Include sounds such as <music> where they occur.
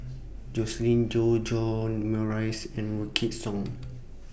<noise> Joscelin Yeo John Morrice and Wykidd Song <noise>